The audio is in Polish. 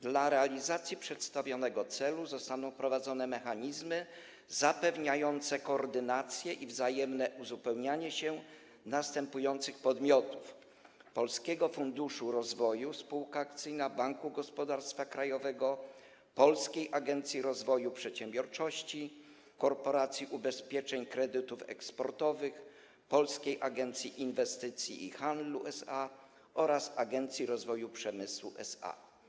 Dla realizacji przedstawionego celu zostaną wprowadzone mechanizmy zapewniające koordynację i wzajemne uzupełnianie się następujących podmiotów: Polskiego Funduszu Rozwoju SA, Banku Gospodarstwa Krajowego, Polskiej Agencji Rozwoju Przedsiębiorczości, Korporacji Ubezpieczeń Kredytów Eksportowych, Polskiej Agencji Inwestycji i Handlu SA oraz Agencji Rozwoju Przemysłu SA.